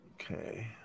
Okay